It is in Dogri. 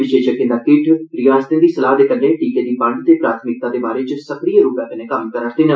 विशेषज्ञें दा किट्ठ रियासतें दी सलाह दे कन्नै टीकें दी बण्ड ते प्राथमिकता दे बारे च सक्रिय रुप च कम्म करा रदे न